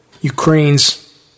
Ukraine's